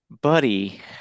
buddy